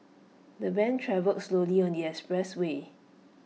the van travelled slowly on the expressway